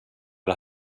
det